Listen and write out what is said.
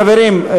חברים,